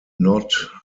not